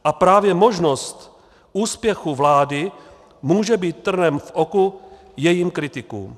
A právě možnost úspěchu vlády může být trnem v oku jejím kritikům.